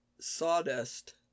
sawdust